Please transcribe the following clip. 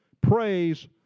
praise